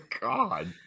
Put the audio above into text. God